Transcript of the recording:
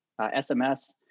SMS